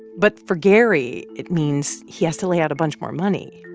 but, for gary, it means he has to lay out a bunch more money.